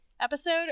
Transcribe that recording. episode